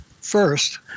first